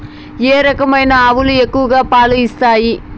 ఏ రకమైన ఆవులు ఎక్కువగా పాలు ఇస్తాయి?